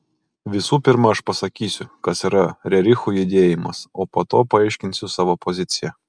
visų pirma aš pasakysiu kas yra rerichų judėjimas o po to paaiškinsiu savo poziciją